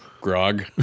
Grog